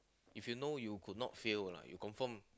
if you know you could fail lah you confirm